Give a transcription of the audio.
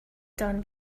done